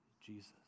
Jesus